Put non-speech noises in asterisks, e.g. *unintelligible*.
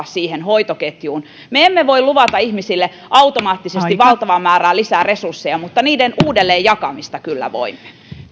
*unintelligible* siihen hoitoketjuun me emme voi luvata ihmisille automaattisesti valtavaa määrää lisää resursseja mutta niiden uudelleenjakamisen kyllä voimme